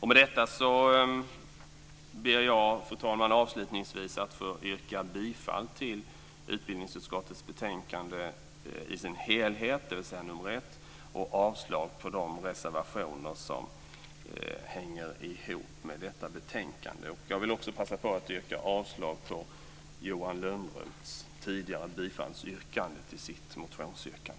Med detta ber jag, fru talman, avslutningsvis att få yrka bifall till utbildningsutskottets hemställan i betänkande 1 i sin helhet och avslag på de reservationer som hänger ihop med detta betänkande. Jag vill också passa på att yrka avslag på Johan Lönnroths tidigare yrkande om bifall till sin motion.